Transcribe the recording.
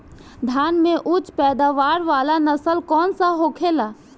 धान में उच्च पैदावार वाला नस्ल कौन सा होखेला?